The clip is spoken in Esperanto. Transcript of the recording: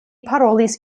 parolis